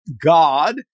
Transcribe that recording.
God